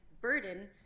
burden